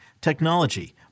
technology